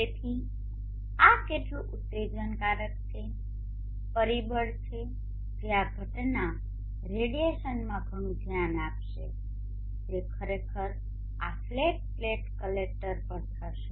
તેથી આ કેટલું ઉત્તેજનકારક પરિબળ છે જે આ ઘટના રેડિયેશનમાં ઘણું ધ્યાન આપશે જે ખરેખર આ ફ્લેટ પ્લેટ કલેક્ટર પર થશે